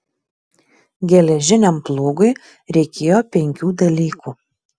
geležiniam plūgui reikėjo penkių dalykų